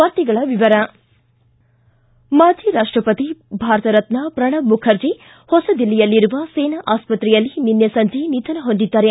ವಾರ್ತೆಗಳ ವಿವರ ಮಾಜಿ ರಾಷ್ಟಪತಿ ಭಾರತರತ್ನ ಪ್ರಣಬ್ ಮುಖರ್ಜಿ ಹೊಸದಿಲ್ಲಿಯಲ್ಲಿರುವ ಸೇನಾ ಆಸ್ವತ್ರೆಯಲ್ಲಿ ನಿನ್ನೆ ಸಂಜೆ ನಿಧನ ಹೊಂದಿದ್ದಾರೆ